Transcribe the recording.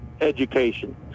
education